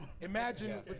Imagine